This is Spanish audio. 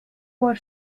por